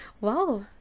wow